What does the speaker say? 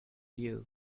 you